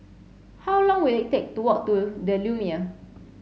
how long will it take to walk to The Lumiere